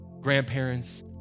grandparents